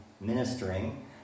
ministering